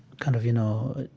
kind of, you know,